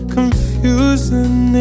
Confusing